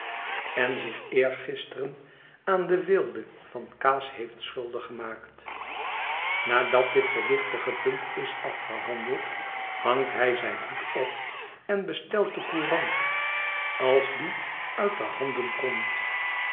en genen zich eergisteren aan de weelde van kaas heeft schuldig gemaakt nadat dit gewichtige punt is afgehandeld hangt hij zijn hoed op en bestelt de courant als die uit de handen komt